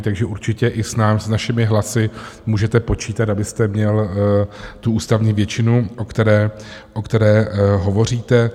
Takže určitě i s našimi hlasy můžete počítat, abyste měl tu ústavní většinu, o které hovoříte.